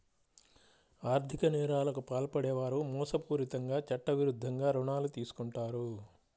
ఆర్ధిక నేరాలకు పాల్పడే వారు మోసపూరితంగా చట్టవిరుద్ధంగా రుణాలు తీసుకుంటారు